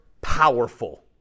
powerful